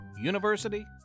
University